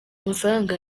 amafaranga